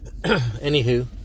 Anywho